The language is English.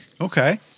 Okay